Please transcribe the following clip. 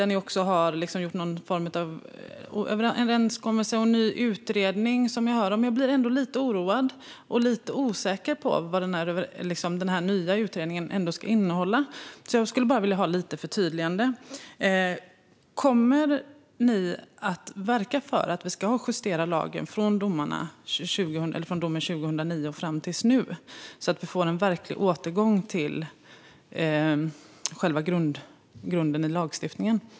Ni har också gjort någon form av överenskommelse om en ny utredning som jag hört om. Jag blir ändå lite oroad och osäker på vad den nya utredningen ska innehålla. Jag vill ha lite förtydligande. Kommer ni att verka för att vi ska justera lagen från domen 2009 fram tills nu så att vi får en verklig återgång till själva grunden i lagstiftningen?